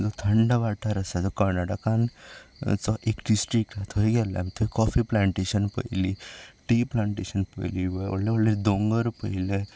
थंड वाठार आसा जो कर्नाटकान जो एक डिस्ट्रीक्ट आहा थंय गेल्ले आमी थंय कॉफी प्लांटेशन पळयली टी प्लांटेशन पळयली व्हडेले व्हडले दोंगर पळयले